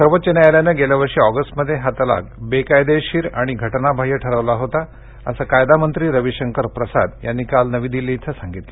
सर्वोच्च न्यायालयानं गेल्या वर्षी ऑगस्टमध्ये हा तलाक बेकायदेशीर आणि घटनाबाह्य ठरवला होता असं कायदा मंत्री रविशंकर प्रसाद यांनी काल नवी दिल्ली इथं सांगितलं